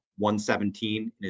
117